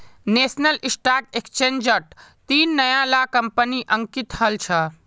national stock एक्सचेंजट तीन नया ला कंपनि अंकित हल छ